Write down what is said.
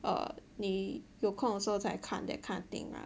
oh 你有空的时候才看 that kind of thing ah